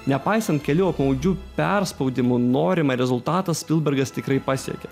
nepaisant kelių apmaudžių perspaudimų norimą rezultatą spilbergas tikrai pasiekė